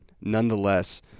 Nonetheless